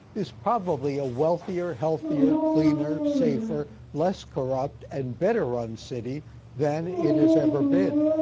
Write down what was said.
is probably a wealthier, healthier, cleaner, safer, less corrupt, and better-run city than it has ever been.